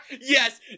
Yes